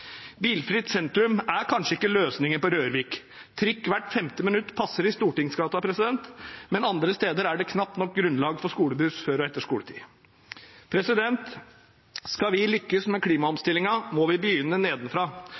Bilfritt sentrum er kanskje ikke løsningen på Rørvik, trikk hvert femte minutt passer i Stortingsgaten, men andre steder er det knapt nok grunnlag for skolebuss før og etter skoletid. Skal vi lykkes med klimaomstillingen, må vi begynne nedenfra.